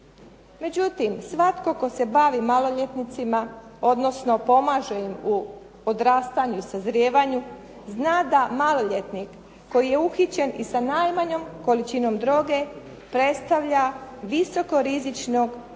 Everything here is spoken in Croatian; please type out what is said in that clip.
Međutim, svatko tko se bavi maloljetnicima odnosno pomaže im u odrastanju i sazrijevanju zna da maloljetnik koji je uhićen i sa najmanjom količinom droge predstavlja visoko rizičnu osobu za